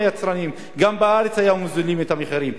והיצרנים גם בארץ היו מוזילים את המחירים.